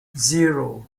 zero